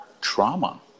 trauma